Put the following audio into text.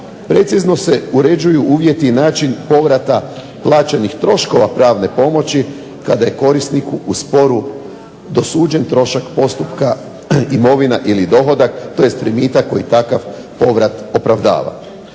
Precizno se uređuju uvjeti i način povrata plaćenih troškova pravne pomoći kada je korisniku u sporu dosuđen trošak postupka, imovina ili dohodak tj. primitak koji takav povrat opravdava.